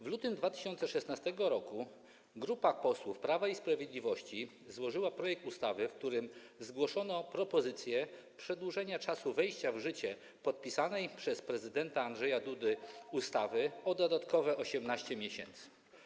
W lutym 2016 r. grupa posłów Prawa i Sprawiedliwości złożyła projekt ustawy, w którym zgłoszono propozycję przedłużenia czasu wejścia w życie podpisanej przez prezydenta Andrzeja Dudę ustawy o dodatkowe 18 miesięcy.